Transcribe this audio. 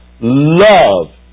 Love